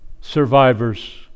survivors